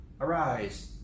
Arise